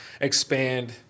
expand